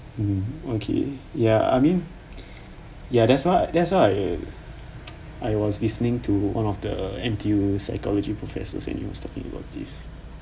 um okay ya I mean ya that's why that's why I was listening to one of the N_T_U psychology professors and he was talking about this